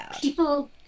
People